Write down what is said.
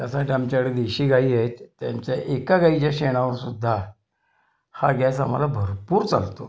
त्यासाठी आमच्याकडे देशी गाई आहेत त्यांच्या एका गाईच्या शेणावर सुद्धा हा गॅस आम्हाला भरपूर चालतो